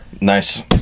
Nice